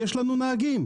יש לנו נהגים,